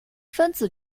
分子